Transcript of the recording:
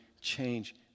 change